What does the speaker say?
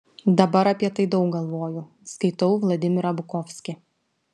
dabar apie tai daug galvoju skaitau vladimirą bukovskį